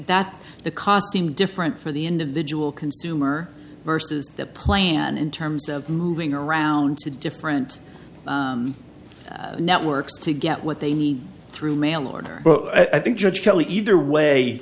that the cost seem different for the individual consumer versus the plan in terms of moving around to different networks to get what they need through mail order but i think judge kelly either way